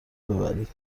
ببرید